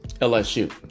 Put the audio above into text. LSU